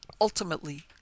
ultimately